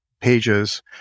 pages